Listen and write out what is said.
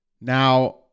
Now